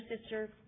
sister